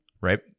Right